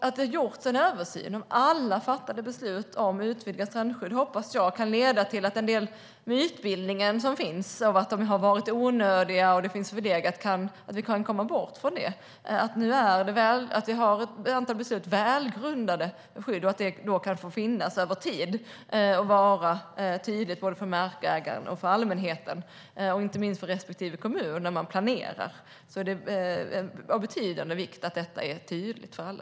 Att det gjorts en översyn av alla fattade beslut om utvidgat strandskydd hoppas jag kan leda till att vi kan komma bort från mytbildningen som finns om att de har varit onödiga och det här är förlegat. Nu har vi ett antal välgrundade beslut om skydd, och jag hoppas att det här då kan få finnas över tid och vara tydligt för markägaren och för allmänheten. Inte minst för respektive kommun är det av betydande vikt när man planerar att detta är tydligt för alla.